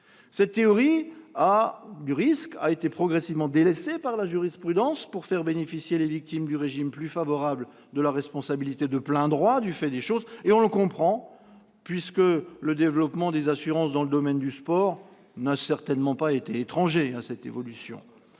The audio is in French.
Cette théorie a été progressivement délaissée par la jurisprudence pour faire bénéficier les victimes du régime plus favorable de la responsabilité de plein droit du fait des choses. Le développement des assurances dans le domaine du sport n'a sans doute pas été étranger à cette évolution.